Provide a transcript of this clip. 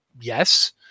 yes